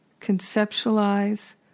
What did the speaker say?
conceptualize